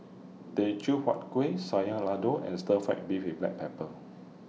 Teochew Huat Kueh Sayur Lodeh and Stir Fry Beef with Black Pepper